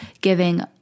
giving